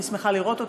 אני שמחה לראות אותו,